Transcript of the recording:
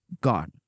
God